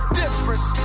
difference